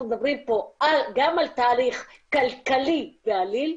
מדברים פה גם על תהליך כלכלי בעליל,